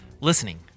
listening